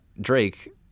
Drake